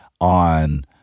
on